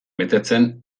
betetzen